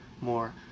more